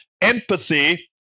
empathy